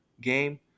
game